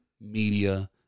media